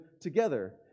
together